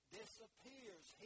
disappears